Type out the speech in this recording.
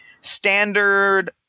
Standard